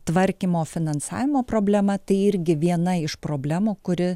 tvarkymo finansavimo problema tai irgi viena iš problemų kuri